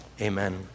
Amen